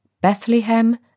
Bethlehem